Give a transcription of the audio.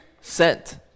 sent